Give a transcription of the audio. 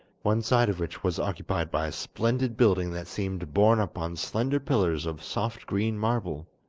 one side of which was occupied by a splendid building that seemed borne up on slender pillars of soft green marble.